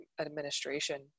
administration